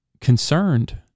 concerned